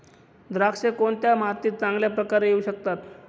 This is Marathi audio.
द्राक्षे कोणत्या मातीत चांगल्या प्रकारे येऊ शकतात?